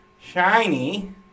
Shiny